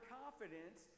confidence